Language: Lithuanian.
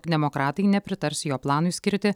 demokratai nepritars jo planui skirti